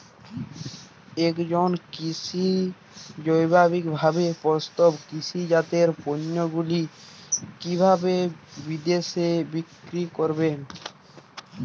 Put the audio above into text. একজন কৃষক জৈবিকভাবে প্রস্তুত কৃষিজাত পণ্যগুলি কিভাবে বিদেশে বিক্রি করবেন?